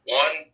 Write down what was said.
one